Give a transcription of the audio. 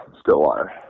Stillwater